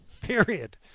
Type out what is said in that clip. period